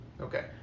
Okay